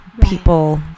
people